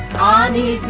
on the